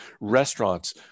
restaurants